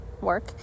work